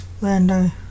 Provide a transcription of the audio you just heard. Lando